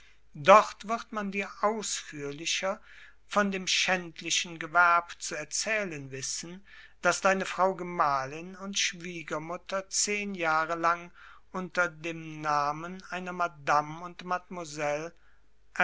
dort wird man dir ausführlicher von dem schändlichen gewerb zu erzählen wissen das deine frau gemahlin und schwiegermutter zehen jahre lang unter dem namen einer madame und